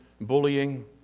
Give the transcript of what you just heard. bullying